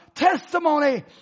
Testimony